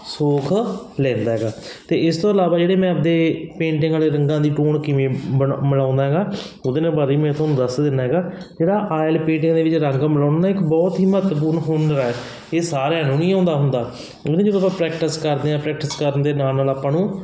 ਸੋਖ ਲੈਂਦਾ ਹੈਗਾ ਤੇ ਇਸ ਤੋਂ ਇਲਾਵਾ ਜਿਹੜੇ ਮੈਂ ਆਪਣੇ ਪੇਂਟਿੰਗ ਵਾਲੇ ਰੰਗਾਂ ਦੀ ਟੋਨ ਕਿਵੇਂ ਬਣ ਬਣੋ ਮਿਲਾਉਂਦਾ ਹੈਗਾ ਉਹਦੇ ਨਾਲ ਬਾਰੇ ਮੈਂ ਤੁਹਾਨੂੰ ਦੱਸ ਦਿੰਦਾ ਹੈਗਾ ਜਿਹੜਾ ਓਇਲ ਪੇਂਟਿੰਗ ਦੇ ਵਿੱਚ ਰੰਗ ਮਿਲਾਉਣਾ ਨਾ ਇੱਕ ਬਹੁਤ ਹੀ ਮਹੱਤਵਪੂਰਨ ਹੁਨਰ ਹੈ ਇਹ ਸਾਰਿਆਂ ਨੂੰ ਨਹੀਂ ਆਉਂਦਾ ਹੁੰਦਾ ਇਹ ਨਾ ਜਦੋਂ ਆਪਾਂ ਪ੍ਰੈਕਟਿਸ ਕਰਦੇ ਹਾਂ ਪ੍ਰੈਕਟਿਸ ਕਰਨ ਦੇ ਨਾਲ ਨਾਲ ਆਪਾਂ ਨੂੰ